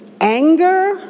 anger